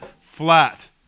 flat